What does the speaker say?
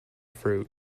fruit